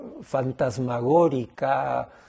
fantasmagórica